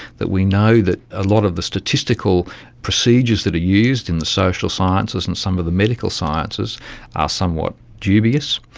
that we know that a lot of the statistical procedures that are used in the social sciences and some of the medical sciences are somewhat dubious.